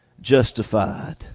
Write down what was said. Justified